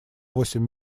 восемь